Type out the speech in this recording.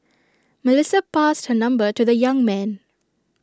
Melissa passed her number to the young man